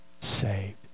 saved